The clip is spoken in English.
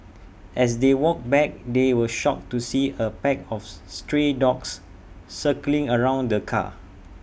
as they walked back they were shocked to see A pack of stray dogs circling around the car